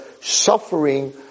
suffering